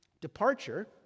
departure